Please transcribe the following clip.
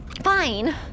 fine